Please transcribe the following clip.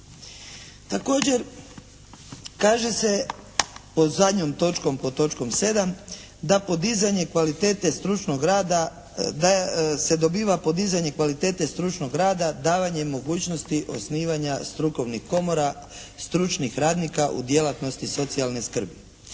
točkom 7. da podizanje kvalitete stručnog rada se dobiva podizanje kvalitete stručnog rada davanjem mogućnosti osnivanja strukovnih komora, stručnih radnika u djelatnosti socijalne skrbi.